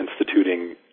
instituting